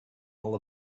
all